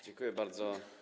Dziękuję bardzo.